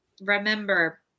Remember